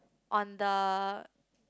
on the